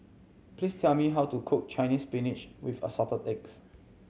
please tell me how to cook Chinese Spinach with Assorted Eggs